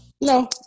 No